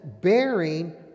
bearing